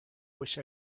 wish